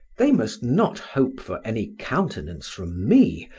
they must not hope for any countenance from me,